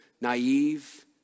Naive